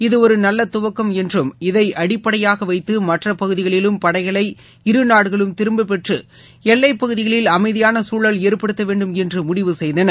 இது ஒரு நல்ல துவக்கம் என்றும் இதை அடிப்படையாக வைத்து மற்ற பகுதிகளிலும் படைகளை இருநாடுகளும் திரும்ப பெற்று எல்லைப்பகுதிகளில் அமைதியான சூழல் ஏற்படுத்த வேண்டும் என்று முடிவு செய்தனர்